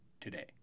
today